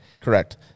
correct